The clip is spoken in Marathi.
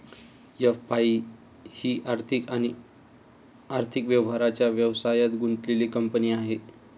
एफ.आई ही आर्थिक आणि आर्थिक व्यवहारांच्या व्यवसायात गुंतलेली कंपनी आहे